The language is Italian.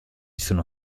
sono